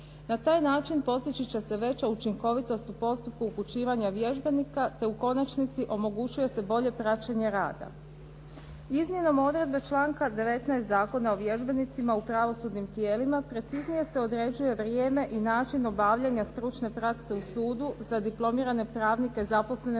Na taj način postići će se veća učinkovitost u postupku upućivanja vježbenika te u konačnici omogućuje se bolje praćenja rada. Izmjenom odredbe članka 19. Zakona o vježbenicima u pravosudnim tijelima preciznije se određuje vrijeme i način obavljanja stručne prakse u sudu za diplomirane pravnike zaposlene na